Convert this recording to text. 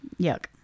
Yuck